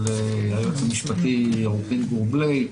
של היועץ המשפטי עו"ד גור בליי.